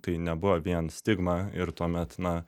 tai nebuvo vien stigma ir tuomet na